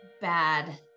bad